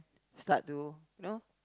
start to you know